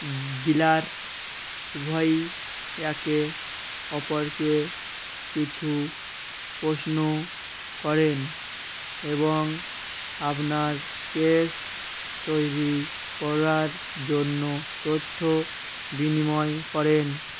dealer উভয় একে অপরকে কিছু প্রশ্ন করেন এবং আপনার কেস তৈরি করার জন্য তথ্য বিনিময় করেন